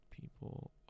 people